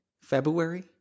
February